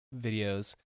videos